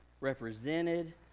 represented